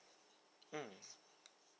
mm